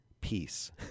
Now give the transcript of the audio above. peace